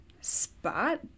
spot